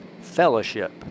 fellowship